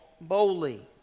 boldly